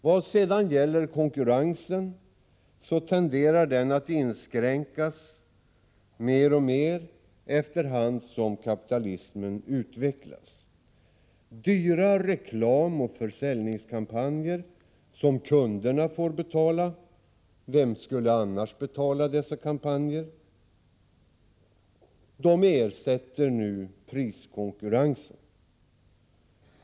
Vad sedan gäller konkurrensen vill jag framhålla att den tenderar att inskränkas mer och mer, allteftersom kapitalismen utvecklas. Dyra reklamoch försäljningskampanjer som kunderna får betala — vem skulle annars betala dessa kampanjer? — ersätter nu priskonkurrensen.